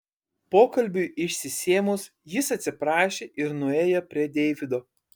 pokalbiui išsisėmus jis atsiprašė ir nuėjo prie deivido